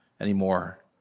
anymore